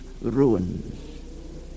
ruins